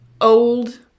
old